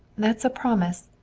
that's a promise.